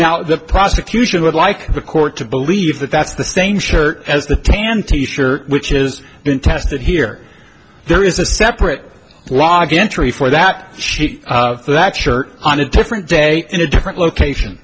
now the prosecution would like the court to believe that that's the same shirt as the tan t shirt which is been tested here there is a separate log entry for that for that shirt on a different day in a different location